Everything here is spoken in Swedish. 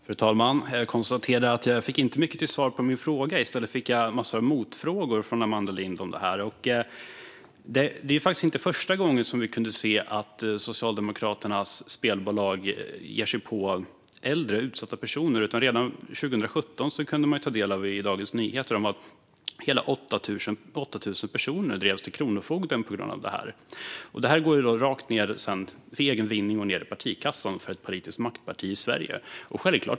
Fru talman! Jag konstaterar att jag inte fick mycket till svar på min fråga. I stället fick jag en massa motfrågor från Amanda Lind om detta. Det är faktiskt inte första gången som vi kunde se att Socialdemokraternas spelbolag ger sig på äldre och utsatta personer. Redan 2017 kunde man i Dagens Nyheter ta del av att hela 8 000 personer drevs till kronofogden på grund av detta. Pengarna går sedan rakt ned i partikassan hos ett politiskt maktparti i Sverige.